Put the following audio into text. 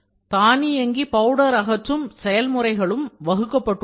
தானியங்கி பவுடர் அகற்றும் செயல்முறைகளும் வகுக்கப்பட்டுள்ளன